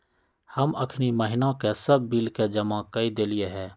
हम अखनी महिना के सभ बिल के जमा कऽ देलियइ ह